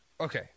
Okay